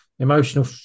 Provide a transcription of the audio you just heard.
emotional